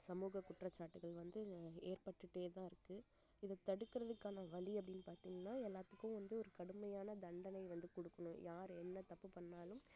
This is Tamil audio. சமூக குற்றச்சாட்டுகள் வந்து ஏற்பட்டுகிட்டேதான் இருக்கு இது தடுக்கிறதுக்கான வழி அப்படின்னு பார்த்திங்கனா எல்லாத்துக்கும் வந்து ஒரு கடுமையான தண்டனை வந்து கொடுக்கணும் யார் என்ன தப்பு பண்ணாலும்